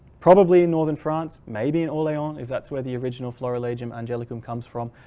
probably in northern france maybe in orleans if that's where the original florilegium angelicum comes from,